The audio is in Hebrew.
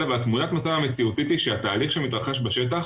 ותמונת המצב המציאותית היא שהתהליך שמתרחש בשטח